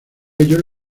ellos